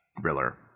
Thriller